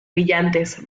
brillantes